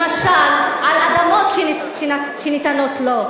למשל, על אדמות שניתנות לו.